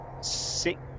six